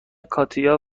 کاتیا